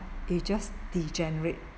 it just degenerate